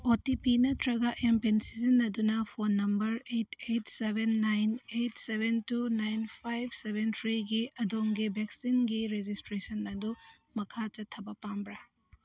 ꯑꯣ T P ꯅꯠꯇ꯭ꯔꯒ M PIN ꯁꯤꯖꯤꯟꯅꯗꯨꯅ phone number eight eight seven nine eight seven two nine five seven ꯊ꯭ꯔꯤꯒꯤ ꯑꯗꯣꯝꯒꯤ ꯚꯦꯛꯁꯤꯟꯒꯤ ꯔꯦꯖꯤꯁꯇ꯭ꯔꯦꯁꯟ ꯑꯗꯨ ꯃꯈꯥ ꯆꯠꯊꯕ ꯄꯥꯝꯕ꯭ꯔꯥ